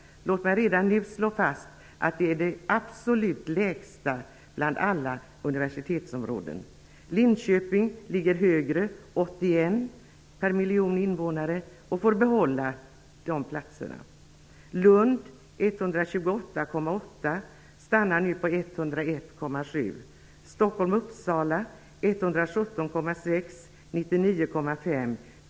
Låt mig redan nu slå fast att det är absolut lägsta siffran bland alla universitetsområden. Linköping ligger högre -- 81 platser per miljon invånare -- och får behålla sina platser. Lund med Stockholm och Uppsala har 117,6 platser och stannar på 99,5.